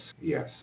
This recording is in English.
yes